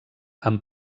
amb